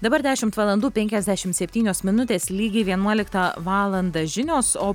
dabar dešimt valandų penkiasdešimt septynios minutės lygiai vienuoliktą valandą žinios o